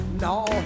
No